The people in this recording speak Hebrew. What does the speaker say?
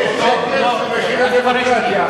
זה שקר בשם הדמוקרטיה.